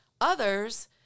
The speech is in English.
Others